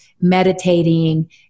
meditating